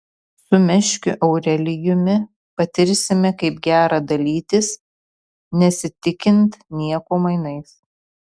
su meškiu aurelijumi patirsime kaip gera dalytis nesitikint nieko mainais